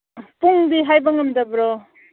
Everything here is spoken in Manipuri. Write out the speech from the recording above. ꯄꯨꯡꯗꯤ ꯍꯥꯏꯕ ꯉꯝꯗꯕ꯭ꯔꯣ